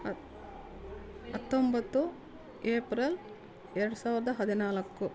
ಹತ್ತು ಹತ್ತೊಂಬತ್ತು ಏಪ್ರಿಲ್ ಎರಡು ಸಾವಿರದ ಹದಿನಾಲ್ಕು